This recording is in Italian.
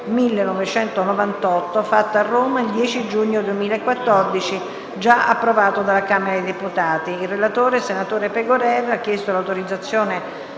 Il relatore, senatore Compagna, ha chiesto l'autorizzazione